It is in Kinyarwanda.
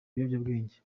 ibiyobyabwenge